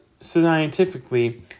scientifically